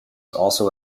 also